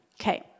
Okay